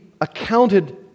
accounted